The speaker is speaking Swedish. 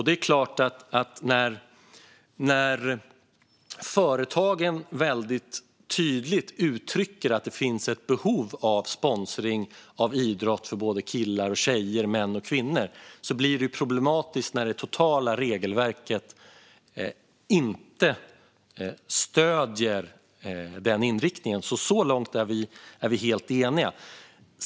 Det är klart att när företagen väldigt tydligt uttrycker att det finns ett behov av sponsring av idrott för både killar och tjejer, män och kvinnor blir det problematiskt när det totala regelverket inte stöder denna inriktning. Så långt är vi helt eniga.